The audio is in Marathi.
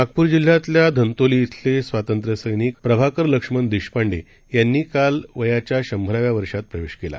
नागपूरजिल्हातल्याधंतोलीइथलेस्वातंत्र्यसैनिकप्रभाकरलक्ष्मणदेशपांडेयांनीकालवया च्याशंभराव्यावर्षातप्रवेशकेला